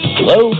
Hello